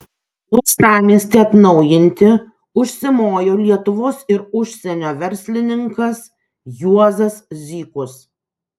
uostamiestį atnaujinti užsimojo lietuvos ir užsienio verslininkas juozas zykus